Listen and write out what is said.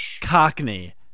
Cockney